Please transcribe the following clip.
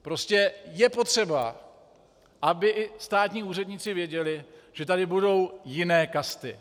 Prostě je potřeba, aby i státní úředníci věděli, že tady budou jiné kasty.